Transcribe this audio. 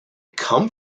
come